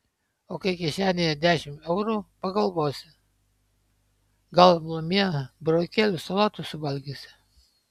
o kai kišenėje dešimt eurų pagalvosi gal namie burokėlių salotų suvalgysiu